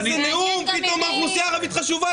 איזה נאום, פתאום האוכלוסייה הערבית חשובה.